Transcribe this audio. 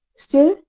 still,